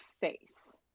face